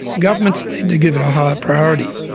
governments need to give it a higher priority.